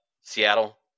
Seattle